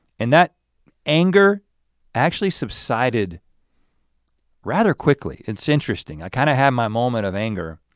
and that anger actually subsided rather quickly. it's interesting. i kind of had my moment of anger